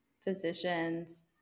physicians